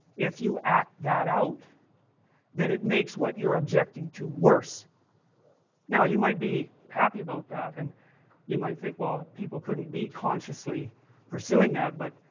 if you act that out then it makes what you are objecting to worse now you might be happy about that and you might think, well people couldn't be consciously pursuing that, but,